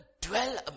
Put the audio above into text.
dwell